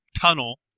tunnel